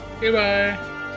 Goodbye